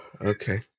okay